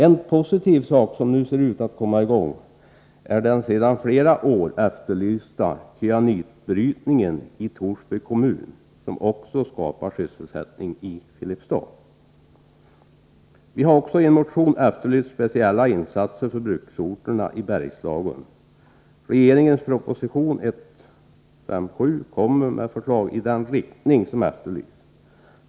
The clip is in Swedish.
En positiv sak är att den sedan flera år efterlysta cyanitbrytningen i Torsby kommun, som också skapar sysselsättning i Filipstad, nu ser ut att komma i gång. Vi har också i en motion efterlyst speciella insatser för bruksorterna i Bergslagen. Regeringens proposition 157 innehåller förslag i den riktning som efterlysts.